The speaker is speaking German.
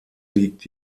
liegt